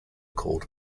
called